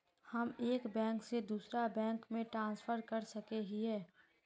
हम एक बैंक से दूसरा बैंक में ट्रांसफर कर सके हिये?